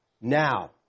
now